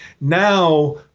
now